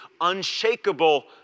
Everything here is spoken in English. unshakable